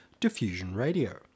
Diffusionradio